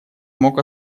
мог